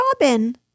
Robin